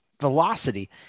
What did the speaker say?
velocity